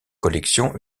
collections